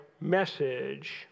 message